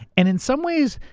and in some ways,